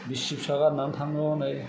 बिसि फिसा गारनानै थांनो हनै